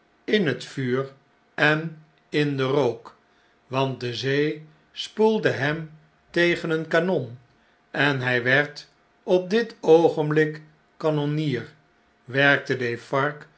in het vuur en in den rook want de zee spoelde hem tegen een kanon en hy werd op dit oogenblik kanonnier werkte